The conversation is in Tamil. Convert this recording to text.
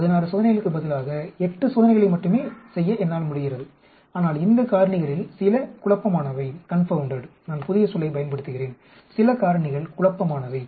16 சோதனைகளுக்கு பதிலாக 8 சோதனைகளை மட்டுமே செய்ய என்னால் முடிகிறது ஆனால் இந்த காரணிகளில் சில குழப்பமானவை நான் புதிய சொல்லைப் பயன்படுத்துகிறேன் சில காரணிகள் குழப்பமானவை